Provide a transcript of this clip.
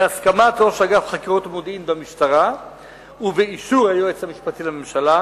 בהסכמת ראש אגף חקירות ומודיעין במשטרה ובאישור היועץ המשפטי לממשלה,